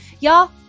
Y'all